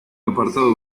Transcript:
apartado